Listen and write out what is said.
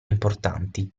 importanti